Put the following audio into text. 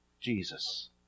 Jesus